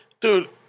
Dude